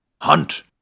hunt